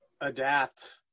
adapt